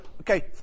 okay